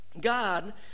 God